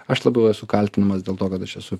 aš labiau esu kaltinamas dėl to kad aš esu